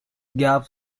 gap